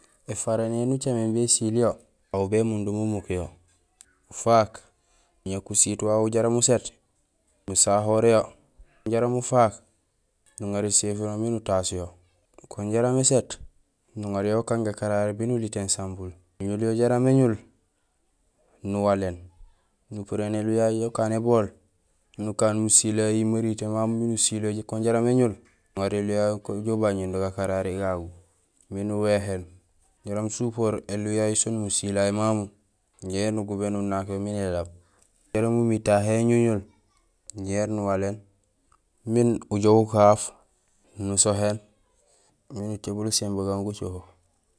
Ēfara néni ucaméén ésiilyo, aw bémundum umuk yo, ufaak nuñak usiit wawu jaraam uséét, nusahor yo jaraam ufaak nuŋar éséfuno miin utaas yo bunjaraam ését nuŋar yo ukaan gakarari biin ulitéén sambun nuñul yo jaraam éñul nuwaléén nupurééén éliw yayu ukaan nébool nukaan musilayi maritee mamu miin usiil yo kun jaraam éñul nuŋar éliw yayu ujoow ubañéén do gakarari gagu miin uwéhéén jaraam supoor éliw yayu siin musilay mamu ñé nugubéén nunak miin élab jaraam umi tahé éñuñul ñé nuwaléén miin ujoow ukaaf nusohéén miin utébul uséén bugaan ucoho.